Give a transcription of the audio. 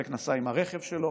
חלק נסעו עם הרכב שלהם,